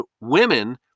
women